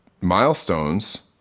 milestones